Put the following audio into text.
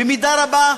במידה רבה,